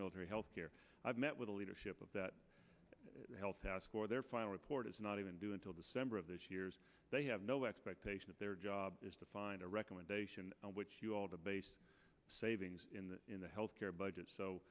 military healthcare i've met with the leadership of that health task or their final report is not even do until december of this years they have no expectation of their job is to find a recommendation which you all to base savings in the health care budget so